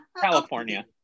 California